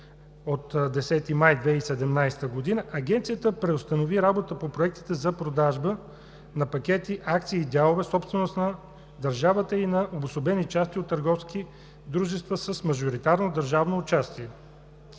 от 10 май 2017 г. Агенцията преустанови работа по проектите за продажба на пакети, акции и дялове, собственост на държавата, и на обособени части от търговски дружества с мажоритарно държавно участие.